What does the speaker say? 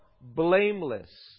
blameless